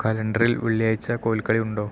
കലണ്ടറിൽ വെള്ളിയാഴ്ച കോല്ക്കളി ഉണ്ടോ